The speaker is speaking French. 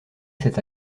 cet